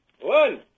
One